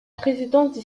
présidence